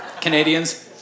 Canadians